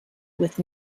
with